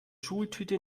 schultüte